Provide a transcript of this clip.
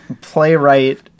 playwright